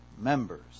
members